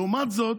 לעומת זאת,